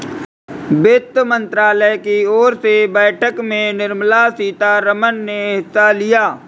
वित्त मंत्रालय की ओर से बैठक में निर्मला सीतारमन ने हिस्सा लिया